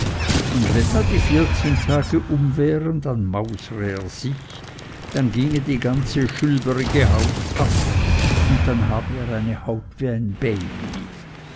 und wenn dann die vierzehn tage um wären dann mausre er sich dann ginge die ganze schülbrige haut ab und dann hab er eine haut wie ein baby